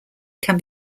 can